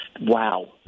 wow